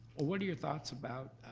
what are your thoughts about